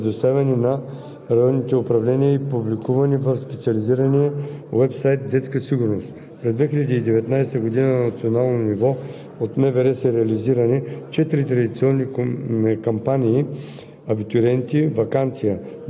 непридружени деца, търсещи или получили международна закрила на различни езици, които ще бъдат предоставени на районните управления и публикувани в специализирания уебсайт „Детска сигурност“.